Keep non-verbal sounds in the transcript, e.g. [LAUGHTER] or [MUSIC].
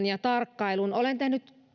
[UNINTELLIGIBLE] ja tarkkailun olen tehnyt